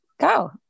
go